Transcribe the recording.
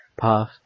path